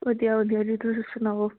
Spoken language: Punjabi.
ਵਧੀਆ ਵਧੀਆ ਜੀ ਤੁਸੀਂ ਸੁਣਾਓ